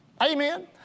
Amen